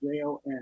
J-O-N